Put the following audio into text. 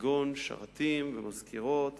כגון שרתים, מזכירות וכדומה.